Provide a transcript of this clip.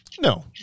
No